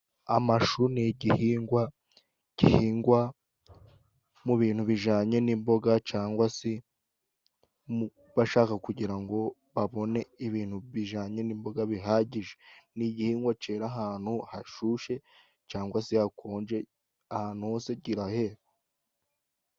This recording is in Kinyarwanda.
Amashu ni igihingwa gihingwa mu bintu bijanye n'imboga cangwa si mu... bashaka kugira ngo babone ibintu bijanye n' imboga bihagije, ni igihingwa cera ahantu hashushe cangwa si hakonje ahantu hose kirahera.